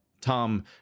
Tom